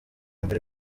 mbere